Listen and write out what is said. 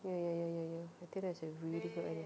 ya ya ya ya ya I think that is a really good idea